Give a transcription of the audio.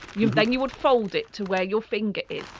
you know then you would fold it to where your finger is